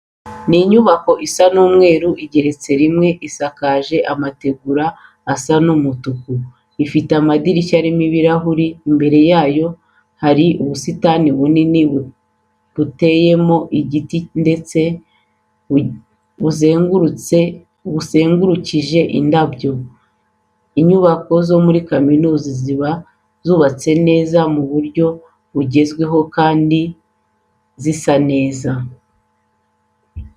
Ni inyubako isa umweru igeretse rimwe, isakaje amategura asa umutuku, ifite amadirishya arimo ibirahure. Imbere yayo hari ubusitani bunini buteyemo igiti ndetse buzengurukishije indabyo. Inyubako zo muri kaminuza ziba zubatse neza mu buryo bugezweho kandi zisa neza.